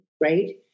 right